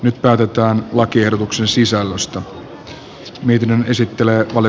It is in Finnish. nyt päätetään lakiehdotuksen sisällöstä